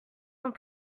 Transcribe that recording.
sont